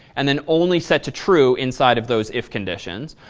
and then only set to true inside of those if conditions,